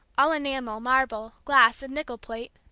all enamel, marble, glass, and nickel-plate,